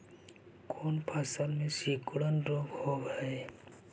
कोन फ़सल में सिकुड़न रोग होब है?